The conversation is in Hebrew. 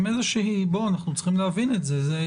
אנחנו צריכים להבין את זה,